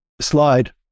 slide